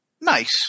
Nice